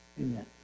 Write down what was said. Amen